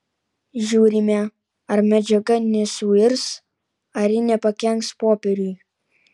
žiūrime ar medžiaga nesuirs ar ji nepakenks popieriui